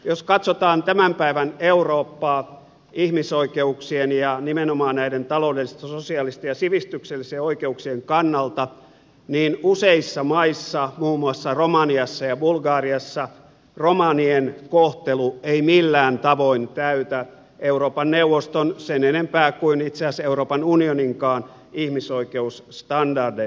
jos katsotaan tämän päivän eurooppaa ihmisoikeuksien ja nimenomaan näiden taloudellisten sosiaalisten ja sivistyksellisten oikeuksien kannalta niin useissa maissa muun muassa romaniassa ja bulgariassa romanien kohtelu ei millään tavoin täytä euroopan neuvoston sen enempää kuin itse asiassa euroopan unioninkaan ihmisoikeusstandardeja